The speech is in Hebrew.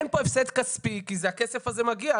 אין פה הפסד כספי, כי הכסף הזה מגיע.